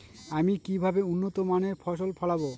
আমি কিভাবে উন্নত মানের ফসল ফলাবো?